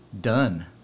done